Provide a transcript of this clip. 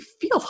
feel